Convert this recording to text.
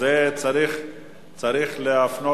זה צריך להפנות,